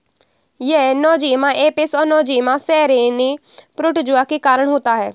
यह Nosema apis और Nosema ceranae protozoa के कारण होता है